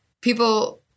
people